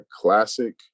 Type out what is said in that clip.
classic